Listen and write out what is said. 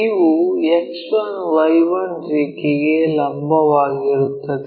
ಇವು X1 Y1 ರೇಖೆಗೆ ಲಂಬವಾಗಿರುತ್ತದೆ